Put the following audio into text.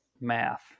math